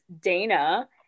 Dana